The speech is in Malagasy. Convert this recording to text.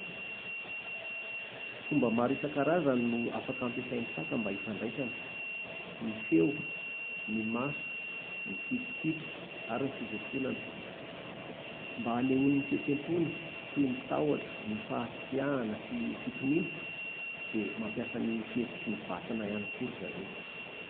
Fomba maro isankarazany no afaka ampiasain'ny saka mba hifandraisana: ny feo, ny maso, ny kitikitika ary ny fifofonana. Mba hanehoany ny fihetsehampony, toy ny tahotra, ny fahasiahana sy fitoniana, dia mampiasa ny fihetsiky ny vatana ihany koa ry zareo